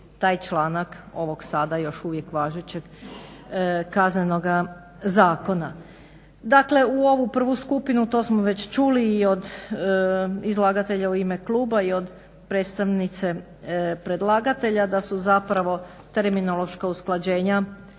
taj članak ovog sada još uvijek važećeg Kaznenog zakona. Dakle u ovu prvu skupinu, to smo već čuli i od izlagatelja u ime kluba i od predstavnice predlagatelja da su zapravo terminološka usklađenja